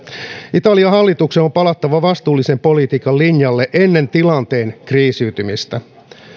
italian hallituksen on palattava vastuullisen politiikan linjalle ennen tilanteen kriisiytymistä